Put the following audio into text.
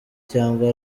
cyangwa